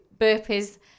burpees